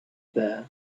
there